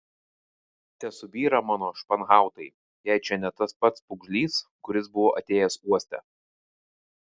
tesubyra mano španhautai jei čia ne tas pats pūgžlys kuris buvo atėjęs uoste